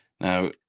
now